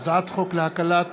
הצעת חוק להקלת